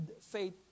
faith